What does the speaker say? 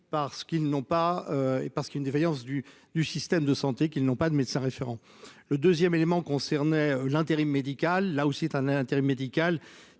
parce qu'ils n'ont pas et parce qu'une défaillance du du système de santé qu'ils n'ont pas de médecin référent. Le 2ème élément concernait l'intérim médical là aussi un intérêt médical